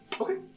Okay